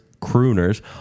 crooners